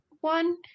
one